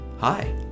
Hi